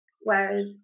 whereas